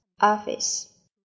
Office